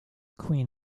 queen